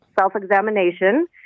self-examination